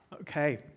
Okay